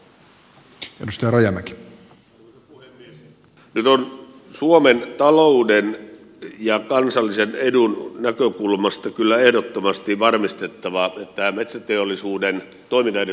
nyt on suomen talouden ja kansallisen edun näkökulmasta kyllä ehdottomasti varmistettava että tämän metsäteollisuuden toimintaedellytykset ovat kunnossa